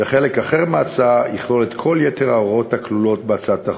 וחלק אחר בהצעה יכלול את כל יתר ההוראות הכלולות בהצעת החוק.